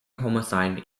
homicide